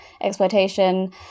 exploitation